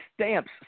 stamps